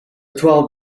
twelve